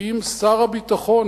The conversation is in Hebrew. אם שר הביטחון,